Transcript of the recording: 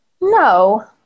No